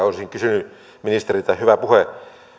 olisin kysynyt ministeriltä hyvä puhe